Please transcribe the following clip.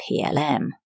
PLM